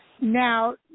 Now